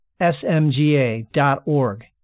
smga.org